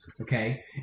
Okay